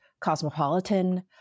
Cosmopolitan